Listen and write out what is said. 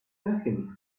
nothing